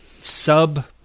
sub